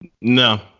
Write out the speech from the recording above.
no